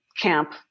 camp